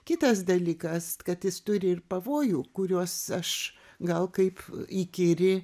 kitas dalykas kad jis turi ir pavojų kuriuos aš gal kaip įkyri